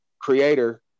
Creator